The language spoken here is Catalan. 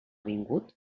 vingut